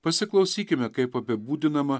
pasiklausykime kaip apibūdinama